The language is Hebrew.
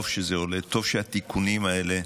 טוב שזה עולה, טוב שהתיקונים האלה,